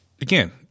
again